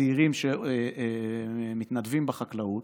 הצעירים שמתנדבים בחקלאות.